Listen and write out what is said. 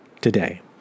today